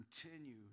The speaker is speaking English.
continue